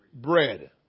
bread